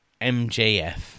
MJF